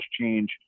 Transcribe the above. change